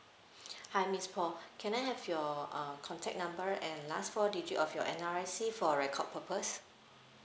hi miss poh can I have your uh contact number and last four digit of your N_R_I_C for record purpose